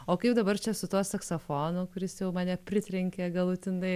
o kaip dabar čia su tuo saksofonu kuris jau mane pritrenkė galutinai